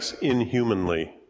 inhumanly